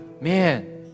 man